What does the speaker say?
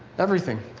everything.